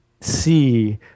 see